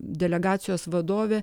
delegacijos vadovė